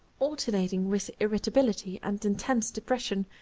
alternating with irritability and intense depression,